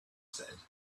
said